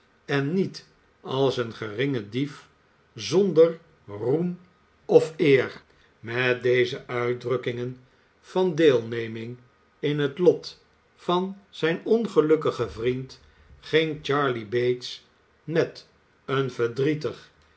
en niet als een geringe dief zonder roem of eer met de e uitdrukkingen van dee neming in het lot van zijn onge ukkhjen vriend ging charley bates met een verdrietig